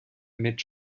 mit